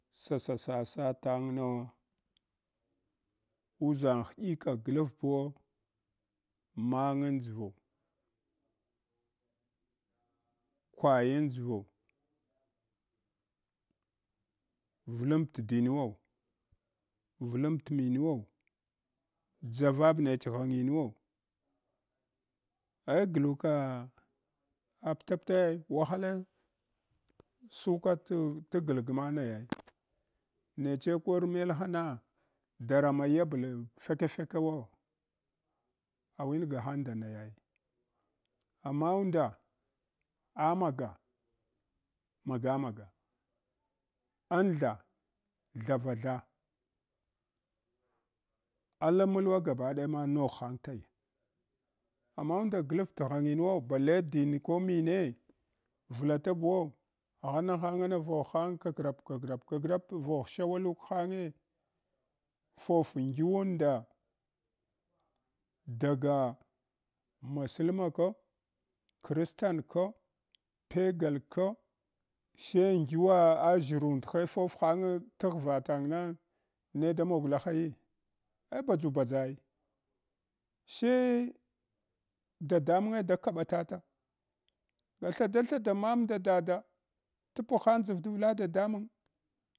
Sasa-sasa tangno uʒang hdqika glaf buwo, mangn dʒvo, kwayan dʒvo, vlamb t’ dinuwa, vlamb t’ munuwo, dʒavab nech ghanginuwo ai gluka aptaptaya wahalaya suka t’ tgal gma naya neche kor melha na dara ma yablam ʒeka fekawo awin ga hang nda naya ai amma unda amaga, maga-maga, antha thawatha, ala malwa gabadayama nogh hang taya amma unda glafab t’ ghanginuro bale dine ko mine valata buwo agha hahangana vogh hang kakrap-kagrap-kagrap vogh shawaduk hange fob nguwunda daga masalma ko, kristan ko pegan ko she ngiwa aʒshirundhe fof hange taghva tangna ne da mog lahaye eh badʒu badʒai she dadamange da kaɓa tata ba thada thada man nda dada t’ pagh hang dʒar davla dadamang.